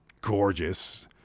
gorgeous